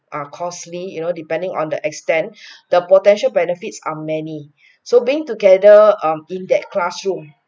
are costly you know depending on the extent the potential benefits are many so being together um in that classroom